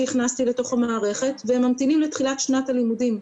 הכנסתי לתוך המערכת והם ממתינים לתחילת שנת הלימודים.